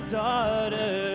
daughter